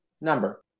number